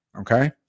Okay